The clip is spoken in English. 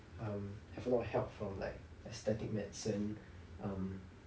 um have a lot of help from like aesthetic medicine um